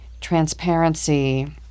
transparency